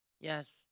Yes